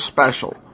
special